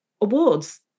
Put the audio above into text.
awards